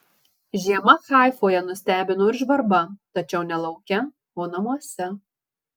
žiema haifoje nustebino ir žvarba tačiau ne lauke o namuose